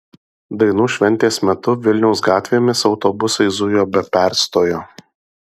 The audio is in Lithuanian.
dainų šventės metu vilniaus gatvėmis autobusai zujo be perstojo